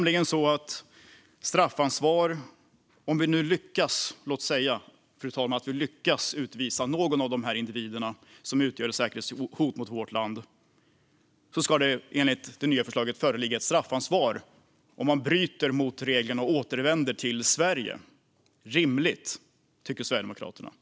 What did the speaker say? Låt oss säga, fru talman, att vi lyckas utvisa någon av de individer som utgör ett säkerhetshot mot vårt land. Då ska det enligt det nya förslaget föreligga ett straffansvar om de bryter mot reglerna och återvänder till Sverige. Detta är rimligt, tycker Sverigedemokraterna.